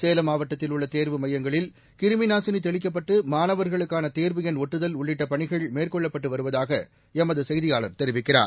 சேலம் மாவட்டத்தில் உள்ள தேர்வு மையங்களில் கிருமி நாசினி தெளிக்கப்பட்டு மாணவர்களுக்கான தேர்வு என் ஒட்டுதல் உள்ளிட்ட பணிகள் மேற்கொள்ளப்பட்டு வருவதாக எமது செய்தியாளர் தெரிவிக்கிறார்